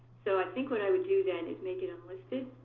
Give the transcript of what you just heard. so i think what i would do then is make it unlisted,